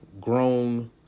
Grown